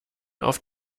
auf